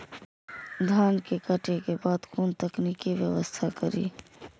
धान के काटे के बाद कोन तकनीकी व्यवस्था करी?